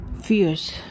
fears